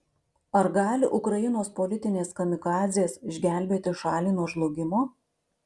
ar gali ukrainos politinės kamikadzės išgelbėti šalį nuo žlugimo